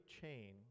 chain